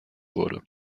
wurde